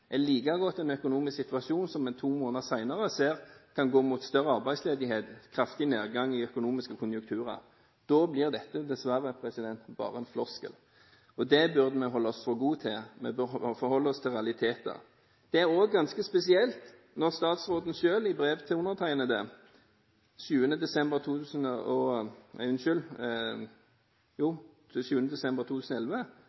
da en trodde på stor vekst, er like godt i den økonomiske situasjonen som man to måneder senere ser kan gå mot større arbeidsledighet, en kraftig nedgang i økonomiske konjunkturer. Da blir dette dessverre bare en floskel, og det burde vi holde oss for gode til. Vi bør forholde oss til realiteter. Det er også ganske spesielt når statsråden selv – i brev til undertegnede 7. desember